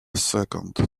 second